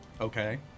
Okay